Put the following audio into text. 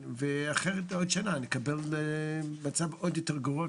אחרת עוד שנה נקבל מצב עוד יותר גרוע,